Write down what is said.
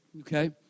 okay